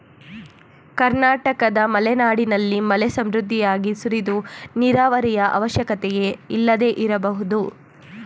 ಕರ್ನಾಟಕದ ಮಲೆನಾಡಿನಲ್ಲಿ ಮಳೆ ಸಮೃದ್ಧಿಯಾಗಿ ಸುರಿದು ನೀರಾವರಿಯ ಅವಶ್ಯಕತೆಯೇ ಇಲ್ಲದೆ ಇರಬಹುದು